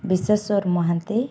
Bisheswar Mohanty